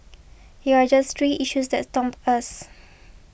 here are just three issues that stump us